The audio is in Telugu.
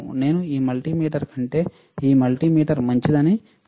నేను ఈ మల్టీమీటర్ కంటే ఈ మల్టీమీటర్ మంచిదని చెప్పడం లేదు